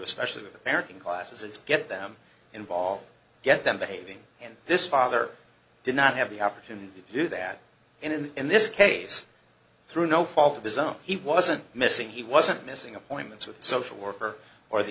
especially with american classes it's get them involved get them behaving in this father did not have the opportunity to do that and in this case through no fault of his own he wasn't missing he wasn't missing appointments with social worker or the